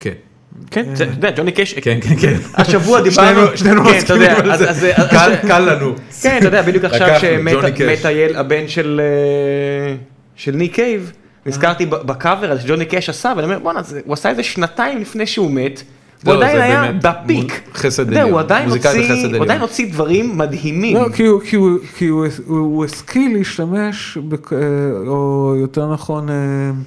כן. כן, זה, אתה יודע, ג'וני קאש, השבוע דיברנו, שנינו מסכימים על זה, קל לנו. כן, אתה יודע, בדיוק עכשיו שמת הבן של, של ניק קייב, נזכרתי בקאוור שג'וני קאש עשה, ואני אומר, בואנה, הוא עשה את זה שנתיים לפני שהוא מת, והוא עדיין היה בפיק. חסד עליון, מוזיקאי בחסד עליון. הוא עדיין הוציא דברים מדהימים. כי הוא השכיל להשתמש, או יותר נכון...